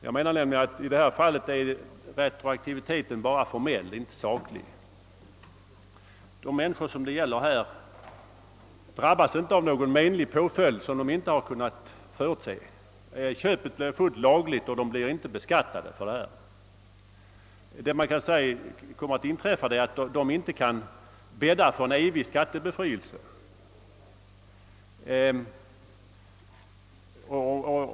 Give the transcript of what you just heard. Jag menar nämligen att i detta fall är retroaktiviteten bara formell och inte saklig. De människor det gäller drabbas inte av någon menlig påföljd som de inte har kunnat förutse. Köpet blir fullt lagligt och de blir inte beskattade. Vad som kan sägas inträffa är att de inte kan bädda för en evig skattebefrielse.